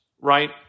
right